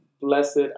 blessed